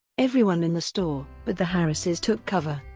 everyone in the store, but the harrises took cover,